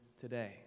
today